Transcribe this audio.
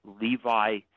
Levi